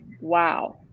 wow